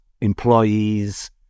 employees